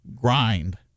grind